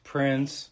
Prince